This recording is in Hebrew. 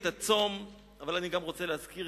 לצערנו הרב,